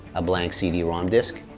a blank cd-rom disc.